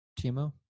Timo